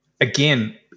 again